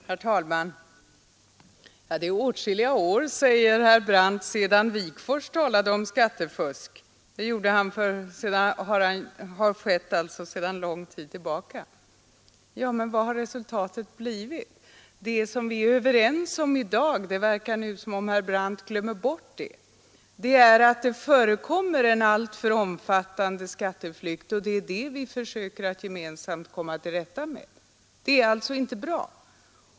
Herr talman! Det har gått åtskilliga år, säger herr Brandt, sedan Wigforss talade om skattefusk. Det talet har alltså förts sedan lång tid tillbaka. Vad har resultatet blivit? Vi är i dag överens om — det verkar nu som om herr Brandt glömmer bort det — att en alltför omfattande skatteflykt förekommer, vilket vi gemensamt försöker komma till rätta med. Det är alltså inte bra.